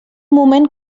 moment